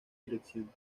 dirección